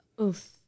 Oof